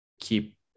keep